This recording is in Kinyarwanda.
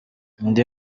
indi